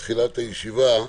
למחרת.